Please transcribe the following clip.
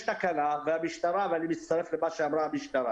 יש תקנה - ואני מצטרף למה שאמרה נציגת המשטרה